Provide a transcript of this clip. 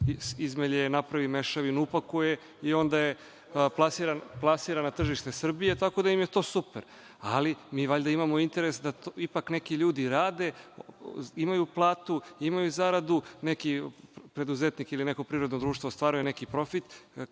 izmelje, napravi mešavinu, upakuje i onda je plasira na tržište Srbije, tako da im je to super. Ali, mi valjda imamo interes da ipak neki ljudi rade, imaju platu, imaju zaradu, neki preduzetnik ili neko privredno društvo ostvaruje neki profit